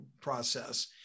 process